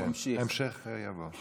המשך יבוא.